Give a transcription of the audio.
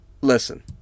listen